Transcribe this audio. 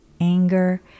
anger